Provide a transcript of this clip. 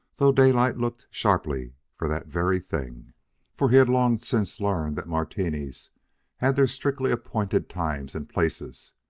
though daylight looked sharply for that very thing for he had long since learned that martinis had their strictly appointed times and places.